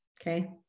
Okay